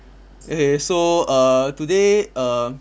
eh so err today err